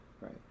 right